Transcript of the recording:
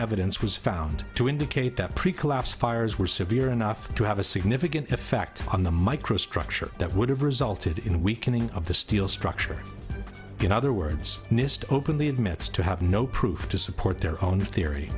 evidence was found to indicate that pre collapse fires were severe enough to have a significant effect on the micro structure that would have resulted in weakening of the steel structure in other words nist openly admits to have no proof to support their own the